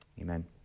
amen